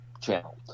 channel